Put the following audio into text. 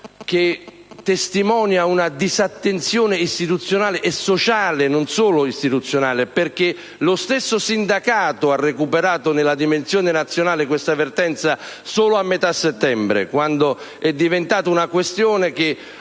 ciò testimonia una disattenzione sociale, non solo istituzionale, perché lo stesso sindacato ha recuperato nella dimensione nazionale questa vertenza solo a metà settembre, quando ha riguardato non